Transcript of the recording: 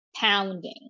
pounding